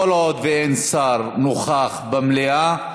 כל עוד אין שר נוכח במליאה,